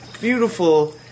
beautiful